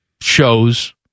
shows